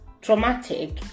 traumatic